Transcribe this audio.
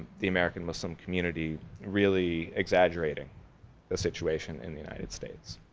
the american muslim community really exaggerating the situation in the united states.